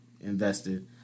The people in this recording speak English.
invested